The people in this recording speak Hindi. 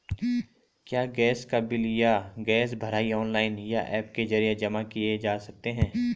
क्या गैस का बिल या गैस भराई ऑनलाइन या ऐप के जरिये जमा किये जा सकते हैं?